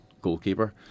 goalkeeper